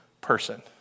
person